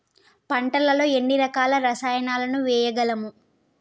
పంటలలో ఎన్ని రకాల రసాయనాలను వేయగలము?